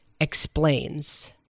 Explains